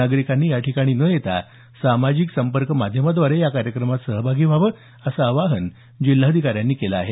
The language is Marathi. नागरिकांनी याठिकाणी न येता सामाजिक संपर्क माध्यमांद्वारे या कार्यक्रमात सहभागी व्हावं असं आवाहन जिल्हाधिकारी चव्हाण यांनी केलं आहे